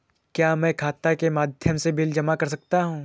क्या मैं खाता के माध्यम से बिल जमा कर सकता हूँ?